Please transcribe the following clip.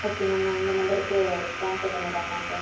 okay ma'am நான் இந்த நம்பருக்கு ட்ரான்ஸ்ஃபர் பண்ணிவிட்றேன் அமௌன்ட்டை